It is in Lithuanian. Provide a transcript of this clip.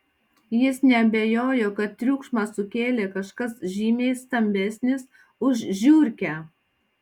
jis neabejojo kad triukšmą sukėlė kažkas žymiai stambesnis už žiurkę